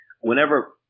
whenever